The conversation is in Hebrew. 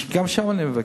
גם שם אני מבקר.